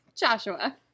Joshua